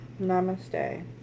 Namaste